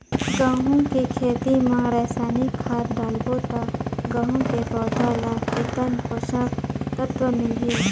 गंहू के खेती मां रसायनिक खाद डालबो ता गंहू के पौधा ला कितन पोषक तत्व मिलही?